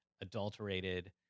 adulterated